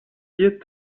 vier